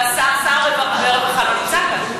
ושר הרווחה לא נמצא כאן.